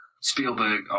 Spielberg